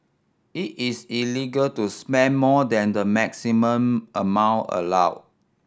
it is illegal to spend more than the maximum amount allowed